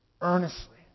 earnestly